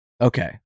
Okay